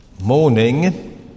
morning